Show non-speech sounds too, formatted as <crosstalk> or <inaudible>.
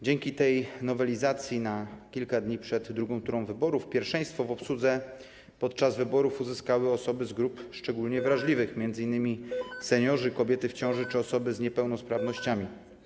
Dzięki tej nowelizacji na kilka dni przed drugą turą wyborów pierwszeństwo w obsłudze podczas wyborów uzyskały osoby z grup szczególnie wrażliwych, <noise> m.in. seniorzy, kobiety w ciąży czy osoby z niepełnosprawnościami.